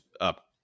up